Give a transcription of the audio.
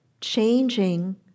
changing